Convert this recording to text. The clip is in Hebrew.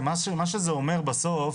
מה שזה אומר בסוף,